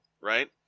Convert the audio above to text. right